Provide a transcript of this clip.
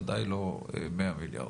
ודאי לא 100 מיליארד.